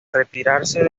retirarse